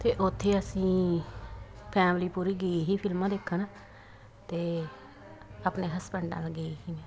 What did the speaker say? ਅਤੇ ਉੱਥੇ ਅਸੀਂ ਫੈਮਲੀ ਪੂਰੀ ਗਏ ਸੀ ਫਿਲਮਾਂ ਦੇਖਣ ਅਤੇ ਆਪਣੇ ਹਸਬੈਂਡਾਂ ਨਾਲ ਗਏ ਸੀ